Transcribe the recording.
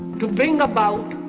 to bring about,